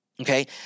Okay